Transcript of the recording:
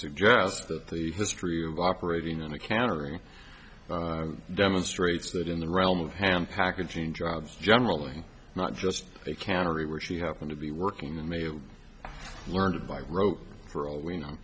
suggest that the history of operating in a cannery demonstrates that in the realm of ham packaging jobs generally not just a carrier she happened to be working and may have learned by rote for all we